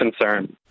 concern